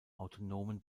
autonomen